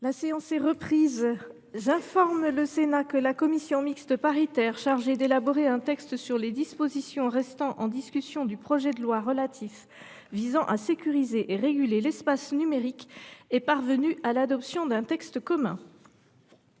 La séance est reprise. J’informe le Sénat que la commission mixte paritaire chargée d’élaborer un texte sur les dispositions restant en discussion du projet de loi relatif visant à sécuriser et réguler l’espace numérique est parvenue à l’adoption d’un texte commun.